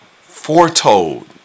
foretold